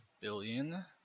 billion